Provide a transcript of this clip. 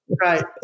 right